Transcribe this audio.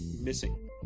missing